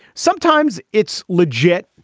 sometimes it's legit.